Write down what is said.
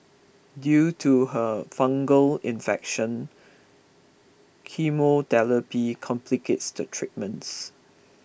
due to her fungal infection chemotherapy complicates the treatments